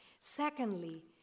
Secondly